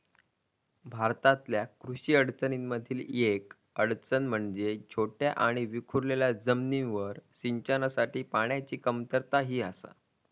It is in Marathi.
भारतातल्या कृषी अडचणीं मधली येक अडचण म्हणजे छोट्या आणि विखुरलेल्या जमिनींवर सिंचनासाठी पाण्याची कमतरता ही आसा